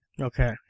Okay